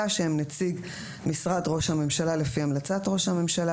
שהם נציג משרד ראש הממשלה לפי המלצת ראש הממשלה,